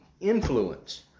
influence